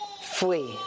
flee